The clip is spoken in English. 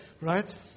right